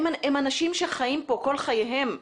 הם אנשים שחיים פה כל חייהם.